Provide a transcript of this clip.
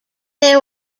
there